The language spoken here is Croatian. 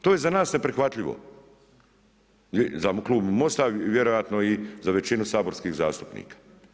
To je za nas neprihvatljivo za klub MOST-a vjerojatno i za većinu saborskih zastupnika.